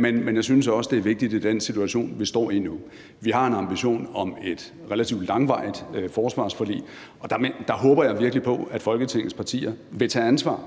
men jeg synes også, det er vigtigt i den situation, vi står i nu. Vi har en ambition om et relativt langvarigt forsvarsforlig, og der håber jeg virkelig på, at Folketingets partier vil tage ansvar